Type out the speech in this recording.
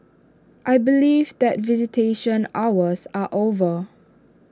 I believe that visitation hours are over